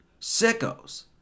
Sickos